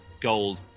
Gold